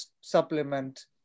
supplement